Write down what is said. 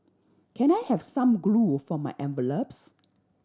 can I have some glue for my envelopes